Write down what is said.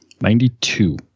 Ninety-two